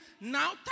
Now